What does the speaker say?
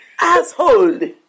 asshole